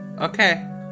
Okay